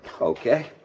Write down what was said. Okay